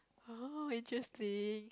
oh interesting